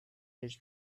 his